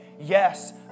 yes